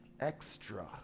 extra